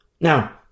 Now